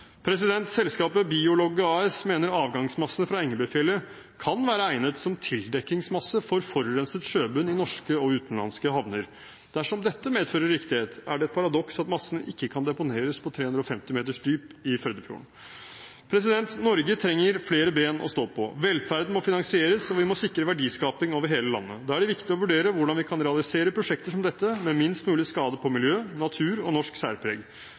Selskapet Biologge AS mener at avgangsmassene fra Engebøfjellet kan være egnet som tildekkingsmasse for forurenset sjøbunn i norske og utenlandske havner. Dersom dette medfører riktighet, er det et paradoks at massene ikke kan deponeres på 350 meters dyp i Førdefjorden. Norge trenger flere ben å stå på. Velferden må finansieres, og vi må sikre verdiskaping over hele landet. Da er det viktig å vurdere hvordan vi kan realisere prosjekter som dette med minst mulig skade på miljø, natur og norsk særpreg.